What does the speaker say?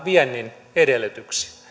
viennin edellytyksiä